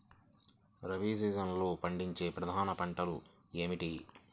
రబీ సీజన్లో పండించే ప్రధాన పంటలు ఏమిటీ?